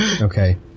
Okay